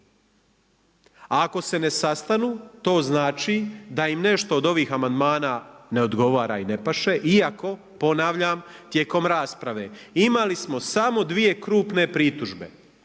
Ako se ne sastanu, to znači da im nešto od ovih amandmana ne odgovara i ne paše, iako ponavljam, tijekom rasprave, imali smo samo dvije krupne pritužbe.